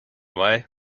way